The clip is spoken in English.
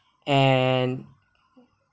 and